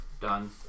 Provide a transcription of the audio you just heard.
done